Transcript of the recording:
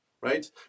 right